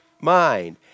mind